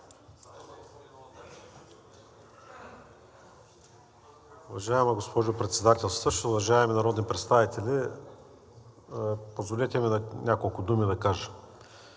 Уважаема госпожо Председателстваща, уважаеми народни представители, позволете ми да кажа